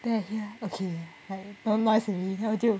then I hear okay like no noise already then 我就